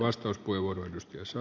arvoisa puhemies